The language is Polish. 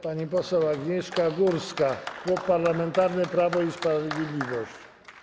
Pani poseł Agnieszka Górska, Klub Parlamentarny Prawo i Sprawiedliwość.